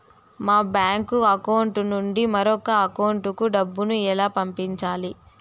మా bank account నుండి మరొక అకౌంట్ కు డబ్బును ఎలా పంపించాలి